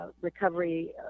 recovery